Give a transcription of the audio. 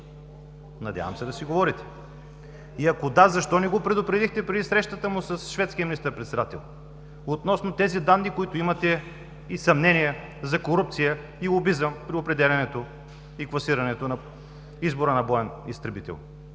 Надявам се да си говорите. И ако да, защо не го предупредихте за срещата му с шведския министър-председател относно тези данни и съмнения, които имате за корупция и лобизъм при определянето и класирането на избора на боен изтребител,